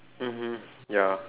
mmhmm ya